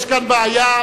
יש כאן בעיה.